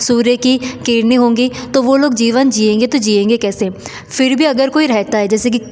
सूर्य की किरणें होंगी तो वह लोग जीवन जिएंगे तो जिएंगे कैसे फिर भी अगर कोई रहता है जैसे कि